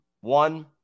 one